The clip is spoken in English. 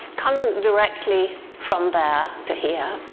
coming directly from there to here.